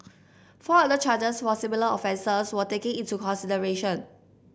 four other charges for similar offences were taken into consideration